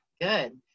Good